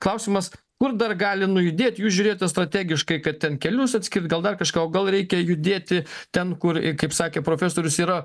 klausimas kur dar gali nujudėt jūs žiūrėjote strategiškai kad ten kelius atskirt gal dar kažką o gal reikia judėti ten kur kaip sakė profesorius yra